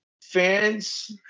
fans